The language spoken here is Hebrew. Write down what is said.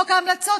חוק ההמלצות,